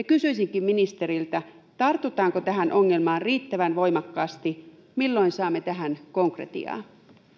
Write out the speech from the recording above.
kysyisinkin ministeriltä tartutaanko tähän ongelmaan riittävän voimakkaasti milloin saamme tähän konkretiaa